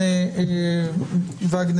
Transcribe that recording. פשעי השנאה שנמצאים בחוק העונשין אלה עבירות